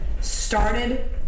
started